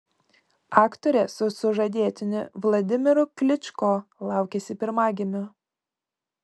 aktorė su sužadėtiniu vladimiru kličko laukiasi pirmagimio